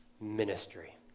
ministry